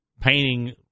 painting